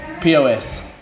POS